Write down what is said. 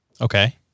Okay